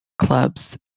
clubs